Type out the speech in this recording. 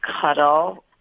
cuddle